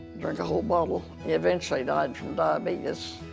drink the whole bottle. he eventually died from diabetes.